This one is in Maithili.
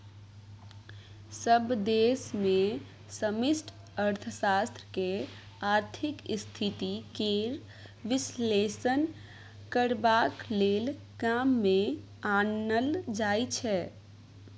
सभ देश मे समष्टि अर्थशास्त्र केँ आर्थिक स्थिति केर बिश्लेषण करबाक लेल काम मे आनल जाइ छै